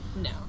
no